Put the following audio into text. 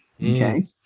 Okay